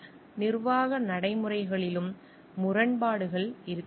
நிர்வாக நடைமுறைகளிலும் முரண்பாடுகள் இருக்கலாம்